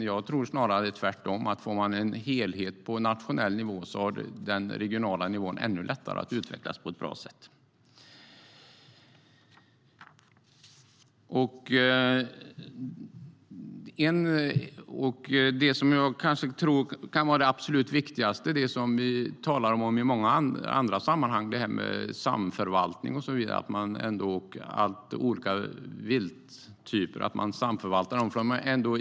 Jag tror snarare tvärtom, att om man får en helhet på nationell nivå har den regionala nivån ännu lättare att utvecklas på ett bra sätt. Det kanske viktigaste är detta med samförvaltning, som vi talar om i andra sammanhang, alltså att man samförvaltar olika vilttyper.